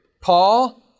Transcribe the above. Paul